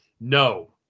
no